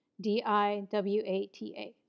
D-I-W-A-T-A